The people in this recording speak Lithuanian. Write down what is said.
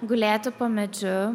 gulėti po medžiu